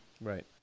Right